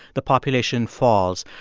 the population falls.